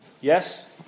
Yes